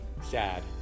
sad